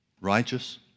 righteous